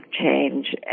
change